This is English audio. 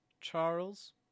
Charles